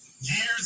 Years